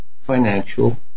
financial